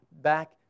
back